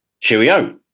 Cheerio